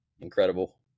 incredible